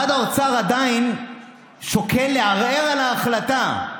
משרד האוצר עדיין שוקל לערער על ההחלטה,